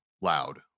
loud